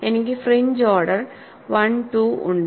എനിക്ക് ഫ്രിഞ്ച് ഓർഡർ 1 2 ഉണ്ട്